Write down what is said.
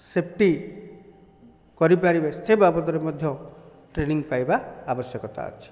safety କରିପାରିବେ ସେ ବାବଦରେ ମଧ୍ୟ ଟ୍ରେନିଂ ପାଇବା ଆବଶ୍ୟକତା ଅଛି